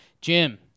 jim